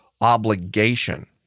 obligation